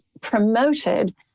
promoted